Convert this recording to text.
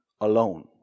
alone